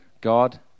God